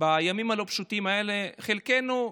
בימים הלא-פשוטים האלה, חלקנו,